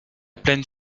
plaine